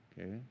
Okay